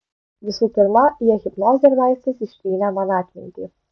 visų pirma jie hipnoze ir vaistais ištrynė man atmintį